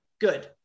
good